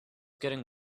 getting